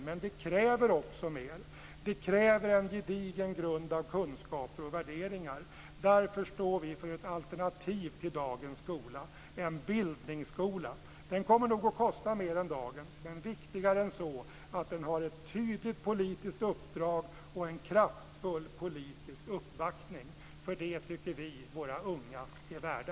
Men det kräver också mer. Det kräver en gedigen grund av kunskaper och värderingar. Därför står vi för ett alternativ till dagens skola, en bildningsskola. Den kommer nog att kosta mer än dagens. Men viktigare än så är att den har ett tydligt politiskt uppdrag och en kraftfull politisk uppbackning. Det tycker vi våra unga är värda!